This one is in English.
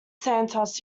santos